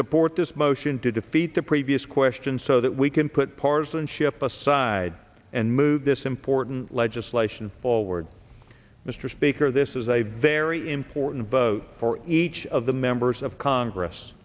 support this motion to defeat the previous question so that we can put partisanship aside and move this important legislation forward mr speaker this is a very important vote for each of the members of congress